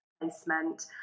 placement